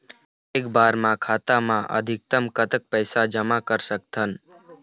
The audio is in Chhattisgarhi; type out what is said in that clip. एक बार मा खाता मा अधिकतम कतक पैसा जमा कर सकथन?